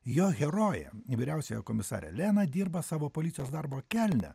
jo herojė vyriausioji komisarė lena dirba savo policijos darbą kelne